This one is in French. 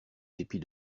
dépit